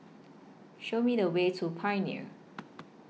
Show Me The Way to Pioneer